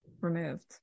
removed